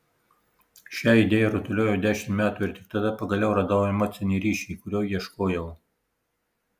šią idėją rutuliojau dešimt metų ir tik tada pagaliau radau emocinį ryšį kurio ieškojau